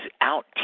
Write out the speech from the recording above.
out